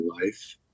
life